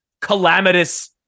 calamitous